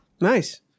Nice